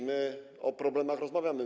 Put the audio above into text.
My o problemach rozmawiamy.